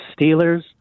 Steelers